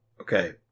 Okay